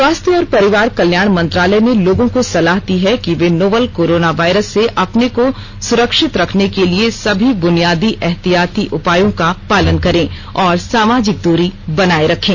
स्वास्थ्य और परिवार कल्याण मंत्रालय ने लोगों को सलाह दी है कि वे नोवल कोरोना वायरस से अपने को सुरक्षित रखने के लिए सभी बुनियादी एहतियाती उपायों का पालन करें और सामाजिक दूरी बनाए रखें